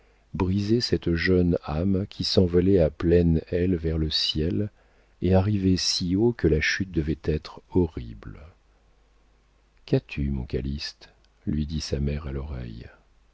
brisaient cette jeune âme qui s'envolait à pleines ailes vers le ciel et arrivait si haut que la chute devait être horrible qu'as-tu mon calyste lui dit sa mère à l'oreille